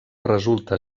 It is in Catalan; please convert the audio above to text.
resulta